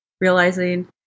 Realizing